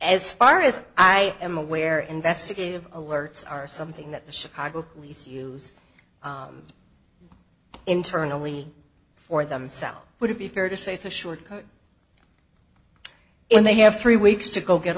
as far as i am aware investigative alerts are something that the chicago police use internally for themselves would it be fair to say it's a shortcut and they have three weeks to go get